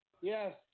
Yes